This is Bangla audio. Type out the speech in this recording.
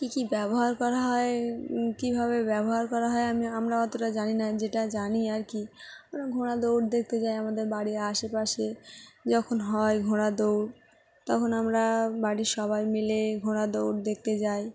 কী কী ব্যবহার করা হয় কীভাবে ব্যবহার করা হয় আমি আমরা অতটা জানি না যেটা জানি আর কি আমরা ঘোড়া দৌড় দেখতে যাই আমাদের বাড়ির আশেপাশে যখন হয় ঘোড়া দৌড় তখন আমরা বাড়ির সবাই মিলে ঘোড়া দৌড় দেখতে যাই